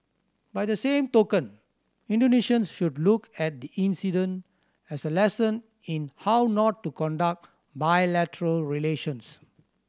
by the same token Indonesians should look at the incident as a lesson in how not to conduct bilateral relations